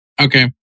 Okay